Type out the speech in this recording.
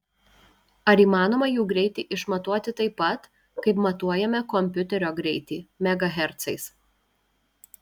ar įmanoma jų greitį išmatuoti taip pat kaip matuojame kompiuterio greitį megahercais